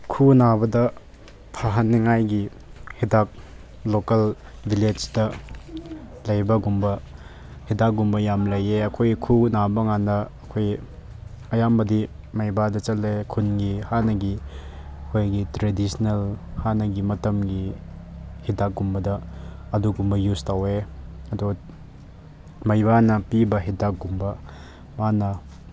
ꯈꯨꯎ ꯅꯥꯕꯗ ꯐꯍꯟꯅꯉꯥꯏꯒꯤ ꯍꯤꯗꯥꯛ ꯂꯣꯀꯜ ꯚꯤꯂꯦꯖꯇ ꯂꯩꯕꯒꯨꯝꯕ ꯍꯤꯗꯥꯛꯒꯨꯝꯕ ꯌꯥꯝ ꯂꯩꯌꯦ ꯑꯩꯈꯣꯏ ꯈꯨꯎ ꯅꯥꯕ ꯀꯥꯟꯗ ꯑꯩꯈꯣꯏ ꯑꯌꯥꯝꯕꯗꯤ ꯃꯩꯕꯥꯗ ꯆꯠꯂꯦ ꯈꯨꯟꯒꯤ ꯍꯥꯟꯅꯒꯤ ꯑꯩꯈꯣꯏꯒꯤ ꯇ꯭ꯔꯦꯗꯤꯁꯅꯦꯜ ꯍꯥꯟꯅꯒꯤ ꯃꯇꯝꯒꯤ ꯍꯤꯗꯥꯛꯀꯨꯝꯕꯗ ꯑꯗꯨꯒꯨꯝꯕ ꯌꯨꯁ ꯇꯧꯋꯦ ꯑꯗꯣ ꯃꯩꯕꯥꯅ ꯄꯤꯕ ꯍꯤꯗꯥꯛꯒꯨꯝꯕ ꯃꯥꯅ